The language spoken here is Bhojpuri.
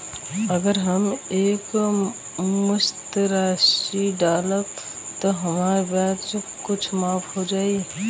अगर हम एक मुस्त राशी डालब त हमार ब्याज कुछ माफ हो जायी का?